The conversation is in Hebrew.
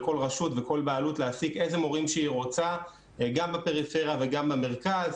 כל רשות וכל בעלות להעסיק איזה מורים שהיא רוצה גם בפריפריה וגם במרכז.